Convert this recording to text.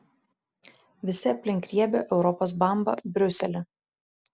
visi aplink riebią europos bambą briuselį